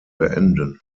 beenden